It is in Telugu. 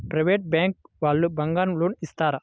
ప్రైవేట్ బ్యాంకు వాళ్ళు బంగారం లోన్ ఇస్తారా?